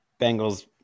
Bengals